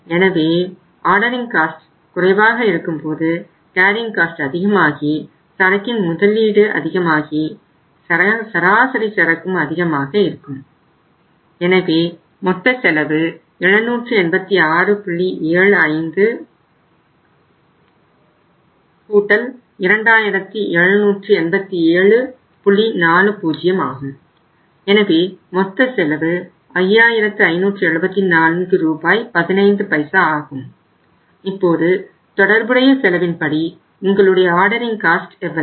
எனவே ordering cost எவ்வளவு